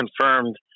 confirmed